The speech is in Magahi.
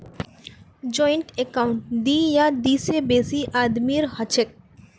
ज्वाइंट अकाउंट दी या दी से बेसी आदमीर हछेक